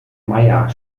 meier